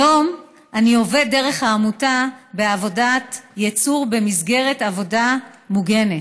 היום אני עובד דרך העמותה בעבודת ייצור במסגרת עבודה מוגנת.